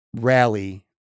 rally